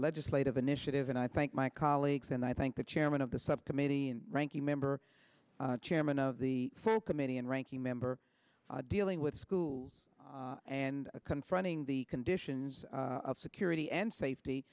legislative initiative and i thank my colleagues and i thank the chairman of the subcommittee and ranking member chairman of the full committee and ranking member dealing with schools and confronting the conditions of security and safety